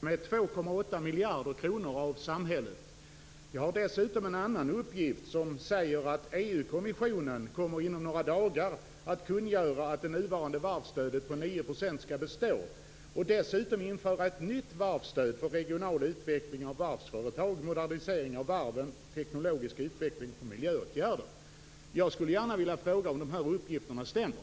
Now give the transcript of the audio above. Fru talman! Min fråga går till näringsministern och handlar om stöd till varven. Jag har uppgifter framför mig som visar att det norska företaget Kvaerner skall bygga ett nytt varv i USA och får stöd med 2,8 miljarder kronor av samhället. Jag har dessutom en annan uppgift som säger att EU-kommissionen inom några dagar kommer att kungöra att det nuvarande varvsstödet på 9 % skall bestå och dessutom införa ett nytt varvsstöd för regional utveckling av varvsföretagen, modernisering av varven, teknologisk utveckling och miljöåtgärder. Jag skulle gärna vilja fråga om dessa uppgifter stämmer.